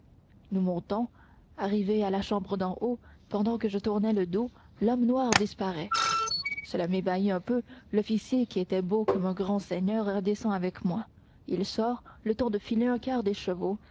nous montons arrivés à la chambre d'en haut pendant que je tournais le dos l'homme noir disparaît cela m'ébahit un peu l'officier qui était beau comme un grand seigneur redescend avec moi il sort le temps de filer un quart